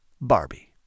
Barbie